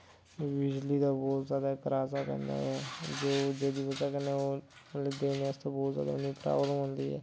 बिजली दा बौह्त जैदा कराजा औंदा ओह् जेह्दे बजह कन्नै ओह् मतलव देने आस्तै बौह्त जैदा प्राबलम औंदी ऐ